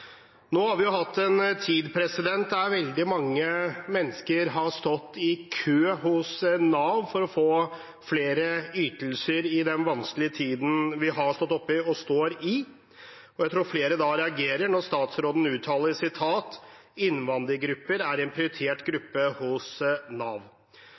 Nå har vi hatt en tid der veldig mange mennesker har stått i kø hos Nav for å få flere ytelser i den vanskelige tiden vi har stått og står oppe i, og jeg tror flere reagerer når statsråden uttaler: «Innvandrarar er ei prioritert gruppe hos Nav.»